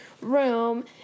room